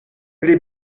pli